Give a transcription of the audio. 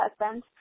husband